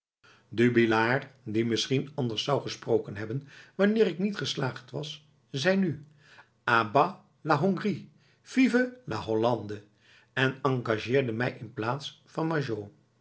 dubillard die misschien anders zou gesproken hebben wanneer ik niet geslaagd was zei nu a bas la hongrie vive la hollande en engageerde mij in plaats van